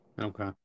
Okay